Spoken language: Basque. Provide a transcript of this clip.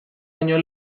baino